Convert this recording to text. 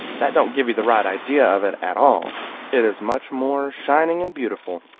that don't give you the right idea of it at all it is much more shining and beautiful.